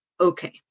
okay